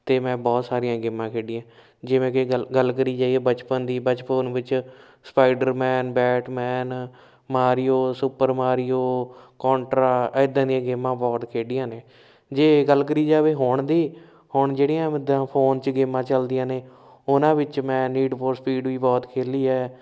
ਅਤੇ ਮੈਂ ਬਹੁਤ ਸਾਰੀਆਂ ਗੇਮਾਂ ਖੇਡੀਆਂ ਜਿਵੇਂ ਕਿ ਗੱਲ ਗੱਲ ਕਰੀ ਜਾਈਏ ਬਚਪਨ ਦੀ ਬਚਪਨ ਵਿੱਚ Spiderman Batman Mario Super Mario Contra ਇੱਦਾਂ ਦੀਆਂ ਗੇਮਾਂ ਬਹੁਤ ਖੇਡੀਆਂ ਨੇ ਜੇ ਗੱਲ ਕਰੀ ਜਾਵੇ ਹੁਣ ਦੀ ਹੁਣ ਜਿਹੜੀਆਂ ਜਿੱਦਾਂ ਫੋਨ 'ਚ ਗੇਮਾਂ ਚੱਲਦੀਆਂ ਨੇ ਉਹਨਾਂ ਵਿੱਚ ਮੈਂ ਨੀਡ ਫੋਰ ਸਪੀਡ ਵੀ ਬਹੁਤ ਖੇਡੀ ਹੈ